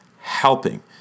helping